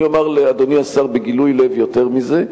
אני אומר לאדוני השר בגילוי לב יותר מזה: